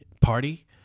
party